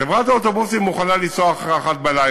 חברת האוטובוסים מוכנה לנסוע אחרי 01:00,